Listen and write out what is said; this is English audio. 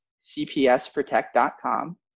cpsprotect.com